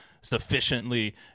sufficiently